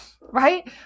right